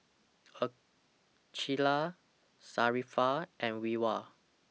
Aqilah Sharifah and Wira